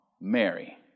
Mary